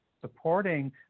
supporting